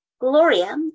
Gloria